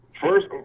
first